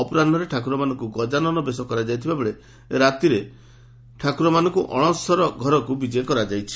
ଅପରାହୁରେ ଠାକୁରମାନଙ୍କୁ ଗଜାନନ ବେଶ କରାଯାଇଥିବା ବେଳେ ରାତିରେ ଠାକୁରମାନଙ୍ଙୁ ଅଶସର ଘଷର ବିଜେ କରାଯାଇଛି